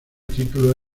título